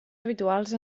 habituals